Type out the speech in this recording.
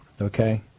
okay